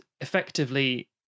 effectively